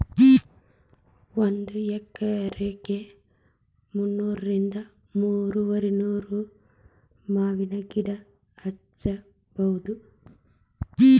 ಒಂದ ಎಕರೆಕ ಮುನ್ನೂರಿಂದ ಮೂರುವರಿನೂರ ಮಾವಿನ ಗಿಡಾ ಹಚ್ಚಬೌದ